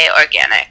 organic